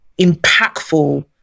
impactful